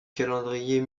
calendrier